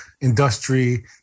industry